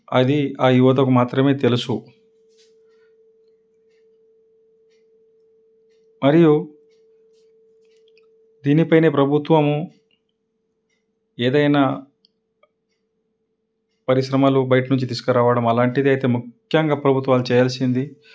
అది ఆ యువతకు మాత్రమే తెలుసు మరియు దీనిపైనే ప్రభుత్వము ఏదైనా పరిశ్రమలు బయట నుంచి తీసుకురావడం అలాంటిదైతే ముఖ్యంగా ప్రభుత్వాలు చేయాల్సింది